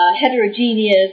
heterogeneous